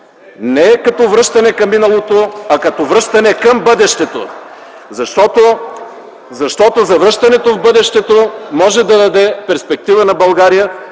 не като връщане към миналото, а като връщане към бъдещето! Завръщането в бъдещето може да даде перспектива на България,